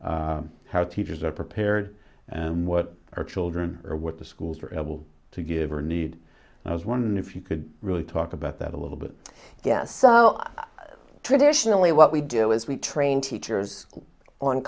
how teachers are prepared and what are children or what the schools are able to give or need and i was wondering if you could really talk about that a little bit yes so traditionally what we do is we train teachers on